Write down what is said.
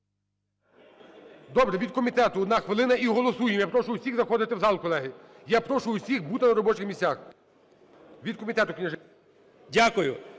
Добре, від комітету - 1 хвилина, і голосуємо. Я прошу всіх заходити в зал, колеги. Я прошу всіх бути на робочих місцях. Від комітету